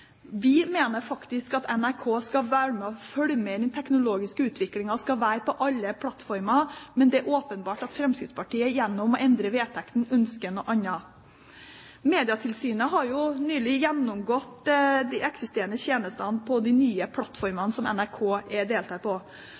Vi mener at NRK skal følge med i den teknologiske utviklingen og være på alle plattformer. Men det er åpenbart at Fremskrittspartiet gjennom å endre vedtektene ønsker noe annet. Medietilsynet har jo nylig gjennomgått de eksisterende tjenestene på de nye plattformene som NRK deltar på.